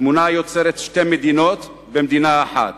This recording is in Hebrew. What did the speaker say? תמונה היוצרת שתי מדינות במדינה אחת.